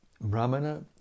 Brahmana